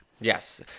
Yes